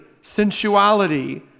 sensuality